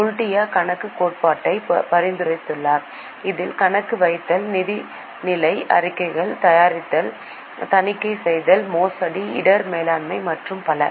கௌடில்யா கணக்கு கோட்பாட்டை பரிந்துரைத்தார் அதில் கணக்கு வைத்தல் நிதிநிலை அறிக்கைகள் தயாரித்தல் தணிக்கை செய்தல் மோசடி இடர் மேலாண்மை மற்றும் பல